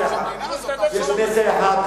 יש מסר אחד,